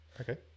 Okay